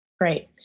Great